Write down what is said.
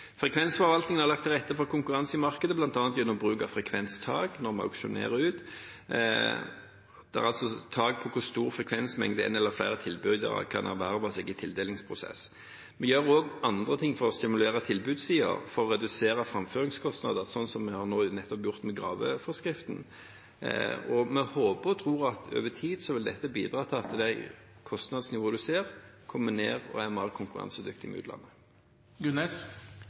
Frekvensforvaltningen har lagt til rette for konkurranse i markedet, bl.a. ved bruk av frekvenstak når vi auksjonerer ut. Det er et tak på hvor stor frekvensmengde én eller flere tilbydere kan erverve seg i tildelingsprosessen. Vi gjør også andre ting for å stimulere tilbudssiden for å redusere framføringskostnader, slik vi nettopp har gjort med graveforskriften. Vi håper og tror at dette over tid vil bidra til at kostnadsnivået reduseres og blir konkurransedyktig med utlandet. Jeg takker for svaret. Det er